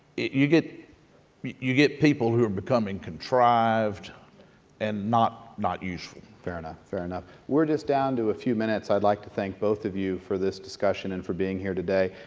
you get you you get people who are becoming contrived and not not useful. fair enough. fair enough. we're just down to a few minutes. i'd like to thank both of you for this discussion and for being here today.